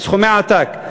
סכומי עתק.